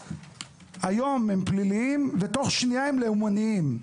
היום הם פליליים ותוך שנייה הם יהיו לאומניים.